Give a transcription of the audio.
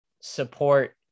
support